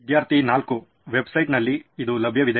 ವಿದ್ಯಾರ್ಥಿ 4 ವೆಬ್ಸೈಟ್ ನಲ್ಲಿ ಇದು ಲಭ್ಯವಿದೆ